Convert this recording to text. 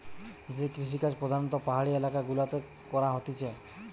যে কৃষিকাজ প্রধাণত পাহাড়ি এলাকা গুলাতে করা হতিছে